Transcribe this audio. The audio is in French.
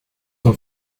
son